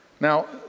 Now